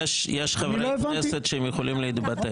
יש חברי כנסת שיכולים להתבטא.